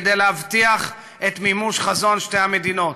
כדי להבטיח את מימוש חזון שתי המדינות.